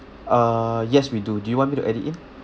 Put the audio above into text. uh yes we do do you want me to add it in